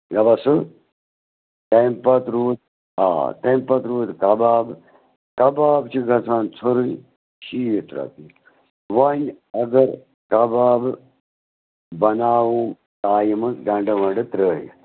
مےٚ باسان اَمہِ پَتہٕ روٗد آ تَمہِ پَتہٕ روٗد کَبابہٕ کَبابہٕ چھِ گژھان ژھوٚرُے شیٖتھ رۄپیہِ وۅںۍ اَگر کَبابہٕ بَناوو آ یِمَن گَنٛڈٕ وَنٛڈٕ ترٛٲوِتھ